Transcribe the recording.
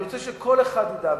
אני רוצה שכל אחד ידע,